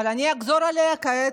אבל אני אחזור עליה כעת,